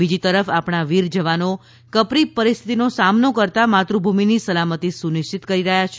બીજી તરફ આપણા વીર જવાનો કપરી પરિસ્થિતિનો સામનો કરતાં માતૃભૂમિની સલામતી સુનિશ્ચિત કરી રહ્યા છે